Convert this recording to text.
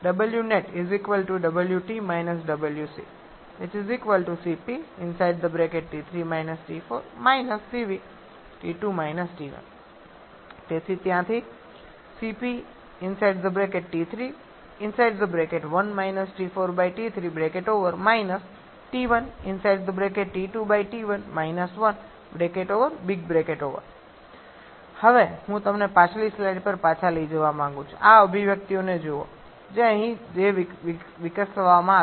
તેથી ત્યાંથી હવે હું તમને પાછલી સ્લાઇડ પર પાછા લઈ જવા માંગુ છું આ અભિવ્યક્તિઓને જુઓ જે અહીં વિકસાવવામાં આવી હતી